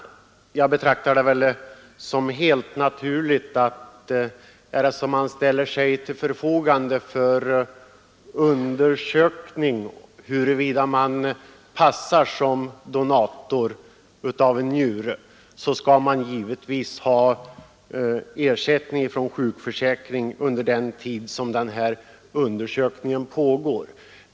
Jag betraktar det som helt naturligt att den som ställer sig till förfogande för undersökning huruvida man passar som donator av en njure givetvis skall ha ersättning från sjukförsäkringen under den tid som undersökningen pågår.